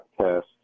test